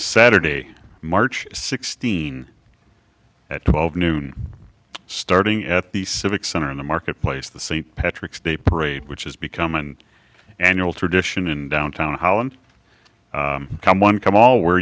saturday march sixteenth at twelve noon starting at the civic center in the marketplace the st patrick's day parade which has become an annual tradition in downtown holland come one come all where